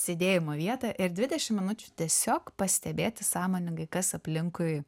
sėdėjimo vietą ir dvidešim minučių tiesiog pastebėti sąmoningai kas aplinkui